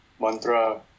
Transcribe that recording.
mantra